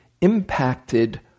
impacted